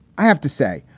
i have to say,